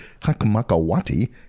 Hakamakawati